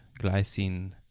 glycine